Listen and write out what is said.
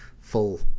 full